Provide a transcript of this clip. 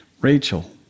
Rachel